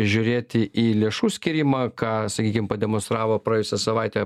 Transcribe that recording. žiūrėti į lėšų skyrimą ką sakykim pademonstravo praėjusią savaitę